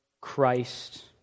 Christ